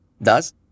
Thus